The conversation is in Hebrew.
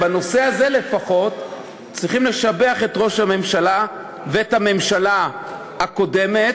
בנושא הזה לפחות צריכים לשבח את ראש הממשלה ואת הממשלה הקודמת,